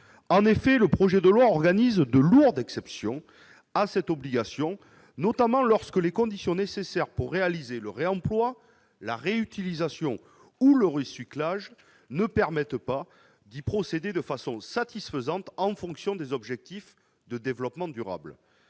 En effet, le projet de loi organise de lourdes exceptions à cette obligation, notamment lorsque les conditions nécessaires pour réaliser le réemploi, la réutilisation ou le recyclage ne permettent pas d'y procéder de façon satisfaisante en fonction des objectifs de développement durable.